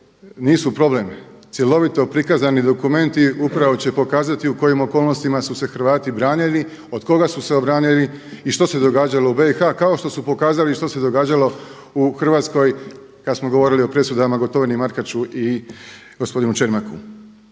nisu problem. Cjelovito prikazani dokumenti upravo će pokazati u kojim okolnostima su se Hrvati branili, od koga su se obranili i što se događalo u BiH kao što su pokazali i što se događalo u Hrvatskoj kad smo govorili o presudama Gotovini i Markaču i gospodinu Čermaku.